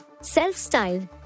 self-styled